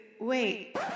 Wait